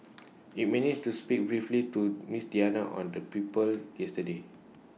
IT managed to speak briefly to miss Diana on the people yesterday